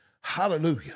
Hallelujah